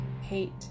hate